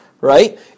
right